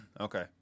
Okay